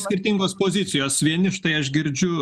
skirtingos pozicijos vieni štai aš girdžiu